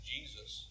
Jesus